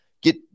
get